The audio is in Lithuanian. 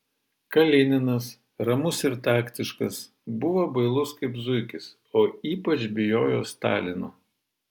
kalininas ramus ir taktiškas buvo bailus kaip zuikis o ypač bijojo stalino